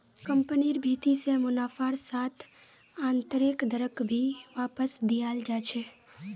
कम्पनिर भीति से मुनाफार साथ आन्तरैक दरक भी वापस दियाल जा छे